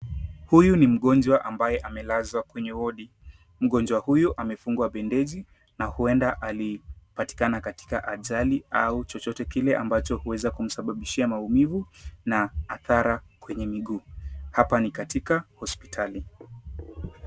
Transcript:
Huyu ni mgonjwa ambaye amelazwa kwenye wodi. Mgonjwa huyu amefungwa bendeji na huenda alipatikana katika ajali au chochote kile ambacho huweza kumsababishia maumivu na athara kwenye miguu. Hapa ni katika hospitali.